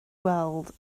weld